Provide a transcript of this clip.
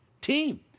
team